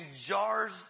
jars